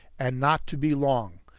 and not to be long.